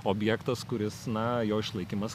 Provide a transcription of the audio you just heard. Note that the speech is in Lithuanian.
objektas kuris na jo išlaikymas